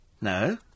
No